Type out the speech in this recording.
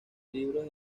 libros